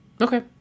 Okay